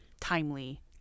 timely